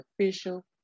official